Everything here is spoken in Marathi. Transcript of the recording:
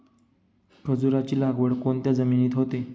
खजूराची लागवड कोणत्या जमिनीत होते?